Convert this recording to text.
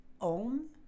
OM